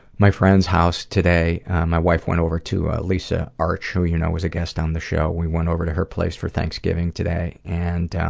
my friend's house today my wife went over to lisa arch, who you know was a guest on the show we went over to her place for thanksgiving today, and,